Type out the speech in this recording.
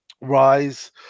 Rise